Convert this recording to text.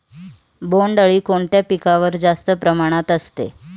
बोंडअळी कोणत्या पिकावर जास्त प्रमाणात असते?